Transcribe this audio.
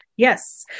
Yes